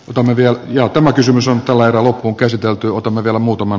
namibian ja tämä kysymys on myöskin vaara muille